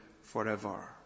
forever